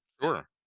Sure